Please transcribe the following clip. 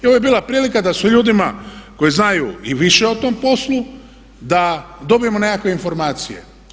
Ovo je bila prilika da s ljudima koji znaju i više o tom poslu da dobijemo nekakve informacije.